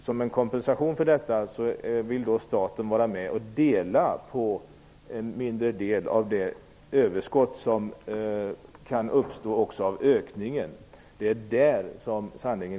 Som en kompensation för detta vill staten vara med och dela på en mindre del av det överskott som kan uppstå också av ökningen. Det är sanningen,